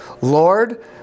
Lord